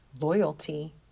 loyalty